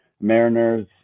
Mariners